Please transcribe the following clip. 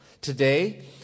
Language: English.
Today